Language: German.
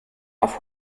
auf